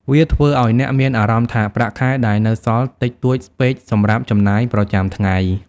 វាធ្វើឲ្យអ្នកមានអារម្មណ៍ថាប្រាក់ដែលនៅសល់តិចតួចពេកសម្រាប់ចំណាយប្រចាំថ្ងៃ។